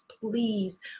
please